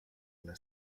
alla